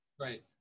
right